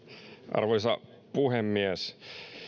arvoisa puhemies